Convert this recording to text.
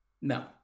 No